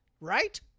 right